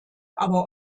aber